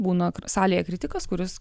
būna salėje kritikas kuris